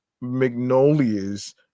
Magnolia's